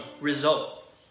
result